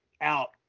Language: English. out